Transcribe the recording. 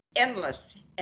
endless